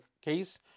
case